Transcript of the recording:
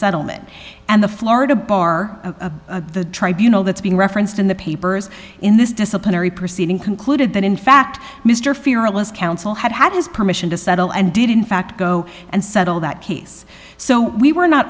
settlement and the florida bar a the tribe you know that's being referenced in the papers in this disciplinary proceeding concluded that in fact mr fearless counsel had had his permission to settle and did in fact go and settle that case so we were not